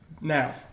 Now